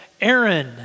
Aaron